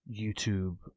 youtube